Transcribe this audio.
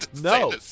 no